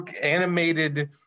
animated